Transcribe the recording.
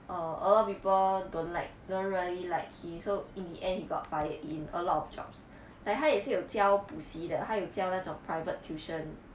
err other people don't like don't really like he so in the end he got fired in a lot of jobs like 他也是有教补习的他有教那种 private tuition